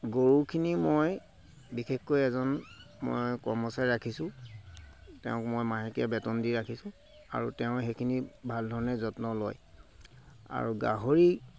গৰুখিনি মই বিশেষকৈ এজন মই কৰ্মচাৰী ৰাখিছোঁ তেওঁক মই মাহেকীয়া বেতন দি ৰাখিছোঁ আৰু তেওঁ সেইখিনি ভাল ধৰণে যত্ন লয় আৰু গাহৰি